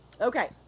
okay